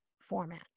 format